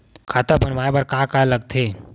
खाता बनवाय बर का का लगथे?